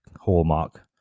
hallmark